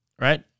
right